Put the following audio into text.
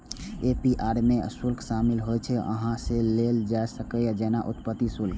APR मे ऊ शुल्क शामिल होइ छै, जे अहां सं लेल जा सकैए, जेना उत्पत्ति शुल्क